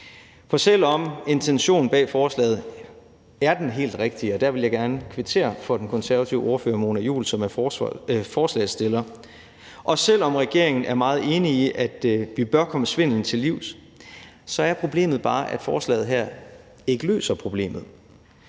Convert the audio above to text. For selv om intentionen bag forslaget er den helt rigtige – og der vil jeg gerne kvittere over for den konservative ordfører, Mona Juul, som er forslagsstiller – og selv om regeringen er meget enig i, at vi bør komme svindelen til livs, så er problemet bare, at forslaget her ikke løser problemet.